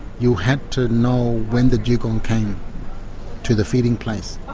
you had to know when the dugong came to the feeding place.